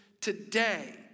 today